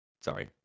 Sorry